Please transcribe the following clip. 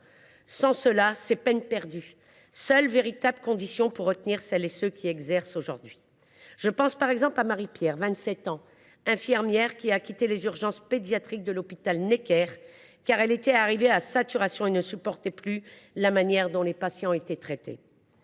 sans cela, c’est peine perdue ! Ce sont les seules véritables conditions qui permettront de retenir celles et ceux qui exercent aujourd’hui. Je pense par exemple à Marie Pierre, 27 ans, infirmière qui a quitté les urgences pédiatriques de l’hôpital Necker, car elle était arrivée à saturation et ne supportait plus la manière dont les patients étaient traités.